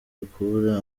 ukubura